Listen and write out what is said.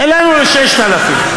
העלינו ל-6,000.